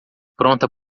pronta